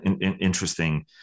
Interesting